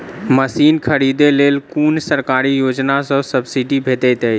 Machine खरीदे लेल कुन सरकारी योजना सऽ सब्सिडी भेटैत अछि?